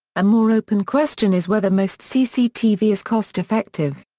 a more open question is whether most cctv is cost-effective.